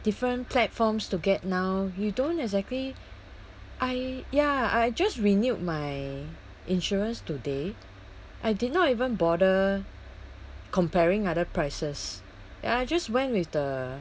different platforms to get now you don't exactly I ya I just renewed my insurance today I did not even bother comparing other prices I just went with the